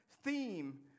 theme